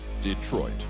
Detroit